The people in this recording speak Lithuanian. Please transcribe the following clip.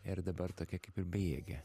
ir dabar tokia kaip ir bejėgė